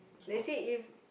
let's say if